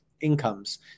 incomes